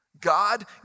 God